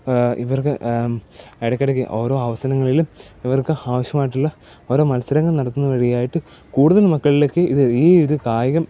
ഇവർക്ക് ഇടയ്ക്കിടയ്ക്ക് ഓരോ അവസരങ്ങളിലും ഇവർക്ക് അവശ്യമായിട്ടൊള്ള ഓരോ മത്സരങ്ങൾ നടത്തുന്ന വഴിയായിട്ട് കൂടുതൽ മക്കളിലേക്ക് ഇത് ഈ ഒരു കായികം